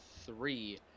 three